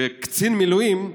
כקצין מילואים,